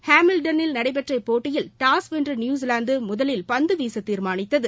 ஹாமில்டன்னில் நடைபெற்ற இப்போட்டியில் டாஸ் வென்ற நியூஸிலாந்து முதலில் பந்துவீச தீர்மானித்தது